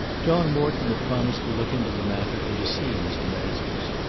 john morton had promised to look into the matter and to see mr. masters.